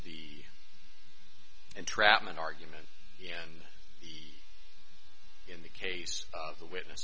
the entrapment argument and b in the case of the witness